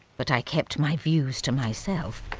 but i kept my views to myself.